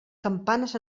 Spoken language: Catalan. campanes